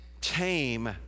tame